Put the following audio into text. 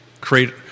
create